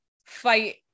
fight